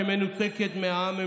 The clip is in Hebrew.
שמנותקת מהעם,